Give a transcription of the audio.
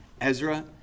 Ezra